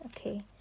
okay